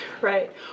Right